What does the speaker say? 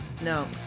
no